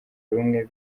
rumwe